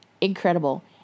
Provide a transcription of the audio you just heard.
incredible